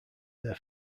their